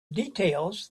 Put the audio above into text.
details